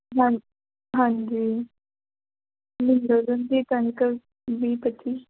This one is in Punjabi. ਹਾਂ ਹਾਂਜੀ ਵੀਹ ਪੱਚੀ